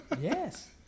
Yes